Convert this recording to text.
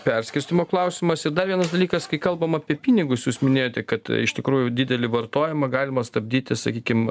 perskirstymo klausimas ir dar vienas dalykas kai kalbam apie pinigus jūs minėjote kad iš tikrųjų didelį vartojimą galima stabdyti sakykim